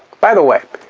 by the way,